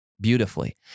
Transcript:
beautifully